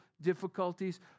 difficulties